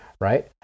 right